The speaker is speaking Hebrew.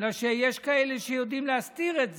בגלל שיש כאלה שיודעים להסתיר את זה,